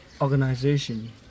organization